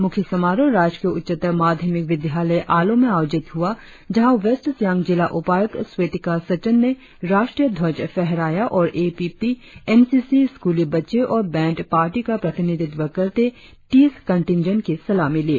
मुख्य समारोह राजकीय उच्चतर माध्यमिक विद्यालय आलो में आयोजित हुआ जहाँ वेस्ट सियांग जिला उपायुक्त स्वेतिका सचन ने राष्ट्रीय ध्वज फहराया और A P P N C C स्कूली बच्चे और बैंड पार्टी का प्रतिनिधित्व करते तीस कंटिन्जेंट की सलामी ली